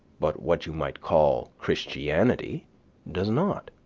but what you might call christianity does not.